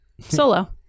solo